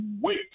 wait